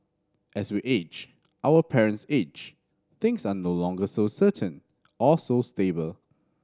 as we age our parents age things are no longer so certain or so stable